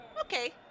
Okay